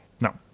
No